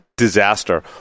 disaster